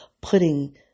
putting